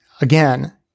Again